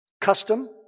Custom